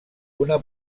una